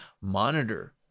monitor